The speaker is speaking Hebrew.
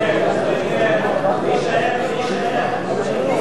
סיעות רע"ם-תע"ל חד"ש בל"ד להביע אי-אמון בממשלה לא